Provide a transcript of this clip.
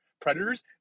Predators